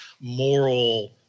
moral